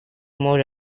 more